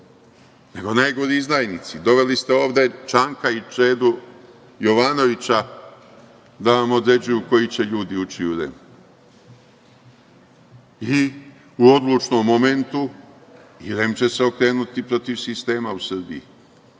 nego najgori izdajnici. Doveli ste ovde Čanka i Čedu Jovanovića da vam određuju koji će ljudi ući u REM i u odlučnom momentu i REM će se okrenuti protiv sistema u Srbiji. Sve